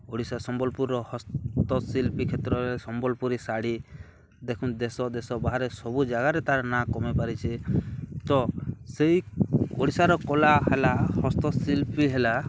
ଓଡ଼ିଶା ସମ୍ବଲପୁର୍ର ହସ୍ତଶିଳ୍ପୀ କ୍ଷେତ୍ରରେ ସମ୍ବଲପୁରୀ ଶାଢ଼ୀ ଦେଖୁନ୍ ଦେଶ ଦେଶ ବାହାରେ ସବୁ ଜାଗାରେ ତାର୍ ନାଁ କମେଇ ପାରିଚେ ତ ସେଇ ଓଡ଼ିଶାର କଲା ହେଲା ହସ୍ତଶିଳ୍ପୀ ହେଲା